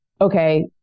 okay